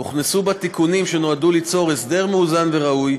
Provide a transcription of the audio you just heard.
הוכנסו בה תיקונים שנועדו ליצור הסדר מאוזן וראוי,